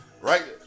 right